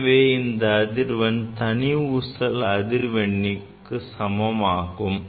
எனவே இந்த அதிர்வெண் தனி ஊசல் அதிர்வெண்ணுக்கு சமமாகும்